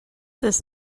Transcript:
this